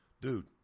dude